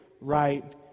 right